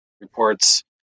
reports